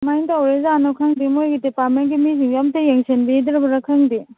ꯀꯃꯥꯏꯅ ꯇꯧꯔꯤꯖꯥꯠꯅꯣ ꯈꯪꯗꯦ ꯃꯈꯣꯏꯒꯤ ꯗꯤꯄꯥꯔꯠꯃꯦꯟꯒꯤ ꯃꯤꯁꯤꯡꯁꯦ ꯑꯃꯠꯇ ꯌꯦꯡꯁꯟꯕꯤꯗ꯭ꯔꯕꯔꯥ ꯈꯪꯗꯦ